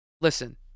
listen